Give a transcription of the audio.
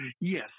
Yes